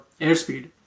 airspeed